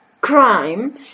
crime